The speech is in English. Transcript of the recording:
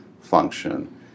function